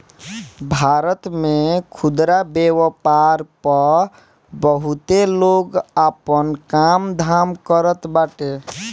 भारत में खुदरा व्यापार पअ बहुते लोग आपन काम धाम करत बाटे